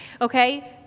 Okay